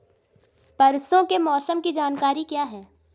परसों के मौसम की जानकारी क्या है?